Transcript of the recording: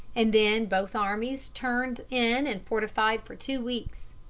and then both armies turned in and fortified for two weeks.